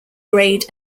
grade